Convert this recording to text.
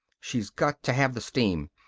she's got to have the steam.